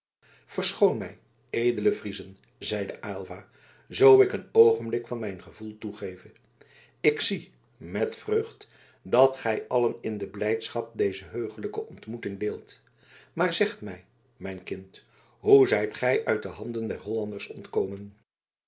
verschoont mij edele friezen zeide aylva zoo ik een oogenblik aan mijn gevoel toegeve ik zie met vreugd dat gij allen in de blijdschap dezer heuglijke ontmoeting deelt maar zeg mij mijn kind hoe zijt gij uit de handen der hollanders ontkomen